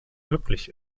möglich